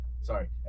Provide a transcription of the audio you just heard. sorry